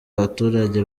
abaturage